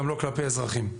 גם לא כלפי אזרחים.